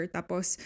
Tapos